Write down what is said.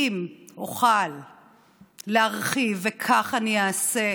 אם אוכל להרחיב, וכך אעשה,